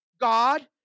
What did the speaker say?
God